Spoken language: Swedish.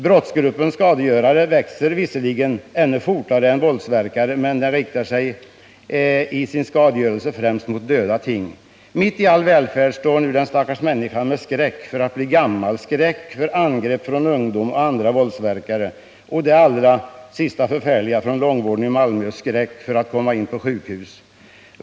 Brottsgruppen skadegörare växer visserligen ännu fortare än gruppen våldsverkare, men den riktar sig i sin skadegörelse främst mot döda ting. Mitt i all välfärd står nu den stackars människan med skräck för att bli gammal, skräck för angrepp från ungdom och andra våldsverkare. Och det allra senaste förfärliga härrör från långvården i Malmö: skräck för att komma in på sjukhus.